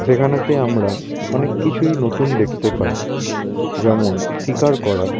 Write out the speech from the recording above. যেখানেতে আমরা অনেক কিছুই নতুন দেখতে পাই যেমন শিকার করা